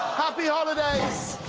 happy holidays!